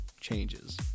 changes